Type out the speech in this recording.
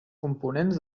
components